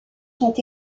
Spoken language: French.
sont